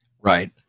right